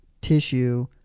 tissue